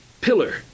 Pillar